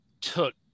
took